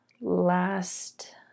last